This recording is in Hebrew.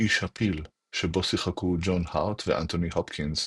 "איש הפיל" שבו שיחקו ג'ון הארט ואנתוני הופקינס,